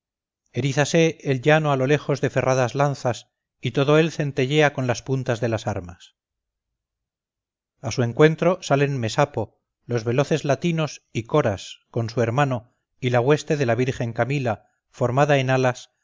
erízase el llano a lo lejos de ferradas lanzas y todo él centellea con las puntas de las armas a su encuentro salen mesapo los veloces latinos y coras con su hermano y la hueste de la virgen camila formada en alas